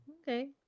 Okay